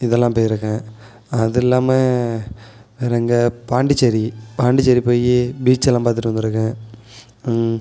இதெல்லாம் போயிருக்கேன் அது இல்லாமல் வேற எங்கே பாண்டிச்சேரி பாண்டிச்சேரி போய் பீச்செல்லாம் பார்த்துட்டு வந்திருக்கேன்